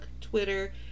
Twitter